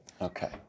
Okay